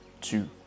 two